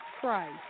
Christ